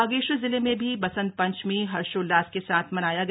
बागेश्वर जिले में भी वसंत पंचमी हर्षोल्लास के साथ मनाया गया